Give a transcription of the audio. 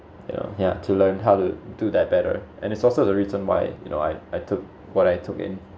yeah to learn how to do that better and it's also the reason why you know I I took why I took it